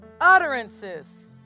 Utterances